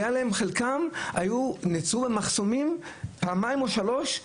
חלקם נעצרו במחסומים פעמיים או שלוש,